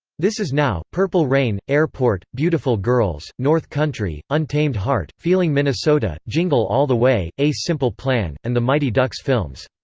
this is now, purple rain, airport, beautiful girls, north country, untamed heart, feeling minnesota, jingle all the way, a simple plan, and the mighty ducks films.